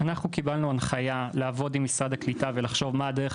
אנחנו קיבלנו הנחיה לעבוד עם משרד הקליטה ולחשוב מה הדרך